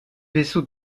vaisseaux